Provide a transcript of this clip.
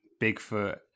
Bigfoot